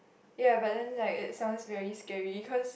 ya but then like it sounds very scary cause